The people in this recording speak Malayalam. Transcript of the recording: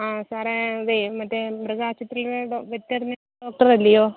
ആ സാറേ അതേ മറ്റേ മൃഗാശുപത്രിയിലെ ഡോ വെറ്ററിനറി ഡോക്ടർ അല്ലയോ